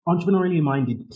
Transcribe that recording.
Entrepreneurially-minded